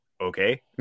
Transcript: okay